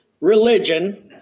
religion